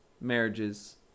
marriages